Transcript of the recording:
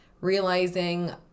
realizing